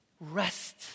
rest